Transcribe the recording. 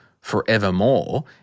forevermore